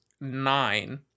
Nine